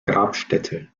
grabstätte